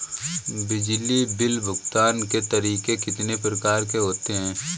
बिजली बिल भुगतान के तरीके कितनी प्रकार के होते हैं?